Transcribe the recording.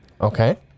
Okay